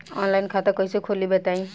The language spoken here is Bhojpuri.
आनलाइन खाता कइसे खोली बताई?